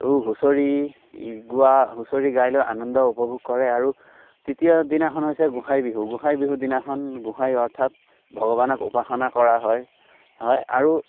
হুচৰি গোৱা আৰু হুচৰি গাই লৈ আনন্দ উপভোগ কৰে আৰু তৃতীয় দিনাখন হৈছে গোঁসাই বিহু গোঁসাই বিহু দিনাখন গোঁসাই অৰ্থাৎ ভগৱানক উপাসনা কৰা হয় হয় আৰু